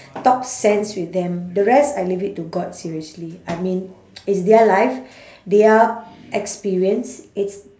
talk sense with them the rest I leave it to god seriously I mean it's their life their experience it's